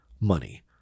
money